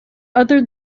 other